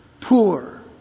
poor